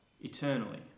eternally